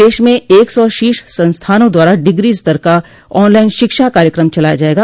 देश में एक सौ शीर्ष संस्थानों द्वारा डिग्री स्तर का ऑनलाइन शिक्षा कार्यक्रम चलाया जाएगा